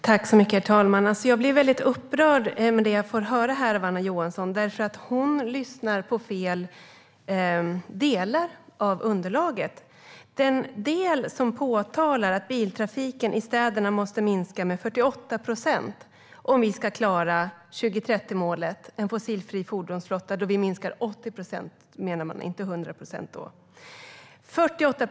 Herr talman! Jag blir väldigt upprörd över det jag får höra av Anna Johansson här, för hon lyssnar på fel delar av underlaget. I en del påpekas att biltrafiken i städerna måste minska med 48 procent om vi ska klara målet om en fossilfri fordonsflotta 2030. Då menar man att vi minskar 80 procent, inte 100.